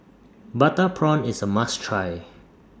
Butter Prawn IS A must Try